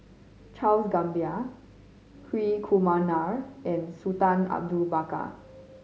Charles Gamba Hri Kumar Nair and Sultan Abu Bakar